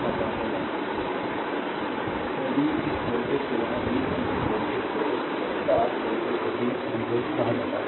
slide time देखें 1154 तो v इस वोल्टेज को यहाँ v कि इस वोल्टेज को इस पार वोल्टेज को v v वोल्ट कहा जाता है